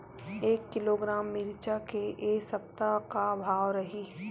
एक किलोग्राम मिरचा के ए सप्ता का भाव रहि?